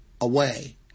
away